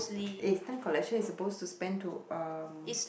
eh stamp collection is supposed to span to um